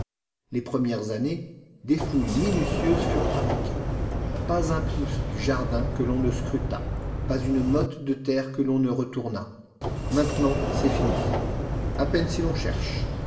les premières années des fouilles minutieuses furent pratiquées pas un pouce du jardin que l'on ne scrutât pas une motte de terre que l'on ne retournât maintenant c'est fini à peine si l'on cherche